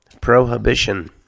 Prohibition